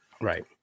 Right